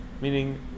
meaning